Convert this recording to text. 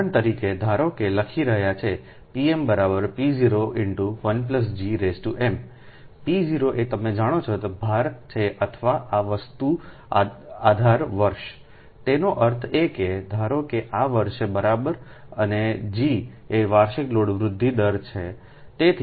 ઉદાહરણ તરીકેધારો કે લખી રહ્યા છીએpmp01gm p0એ તમે જાણો છો તે ભાર છે અથવા આ વસ્તુ આધાર વર્ષતેનો અર્થ એ કે ધારો કે આ વર્ષે બરાબર અને g એ વાર્ષિક લોડ વૃદ્ધિ દર છે